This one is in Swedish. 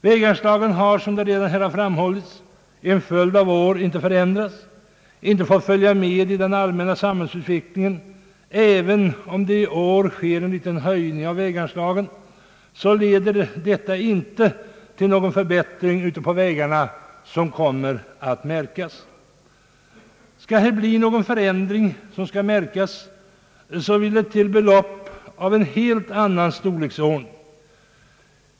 Väganslagen har, som det redan framhållits, under en följd av år inte förändrats, inte fått följa med i den allmänna samhällsutvecklingen. även om det i år sker en liten höjning, leder detta inte till någon förbättring som kommer att märkas ute på vägarna. Skall här bli någon förändring som märks, vill det till belopp av en helt annan storleksordning.